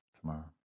tomorrow